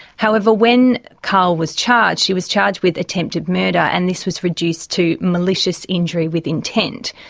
however, when karl was charged he was charged with attempted murder, and this was reduced to malicious injury with intent.